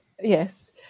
yes